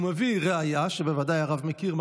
הוא מביא ראיה שבוודאי הרב מכיר,